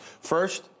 First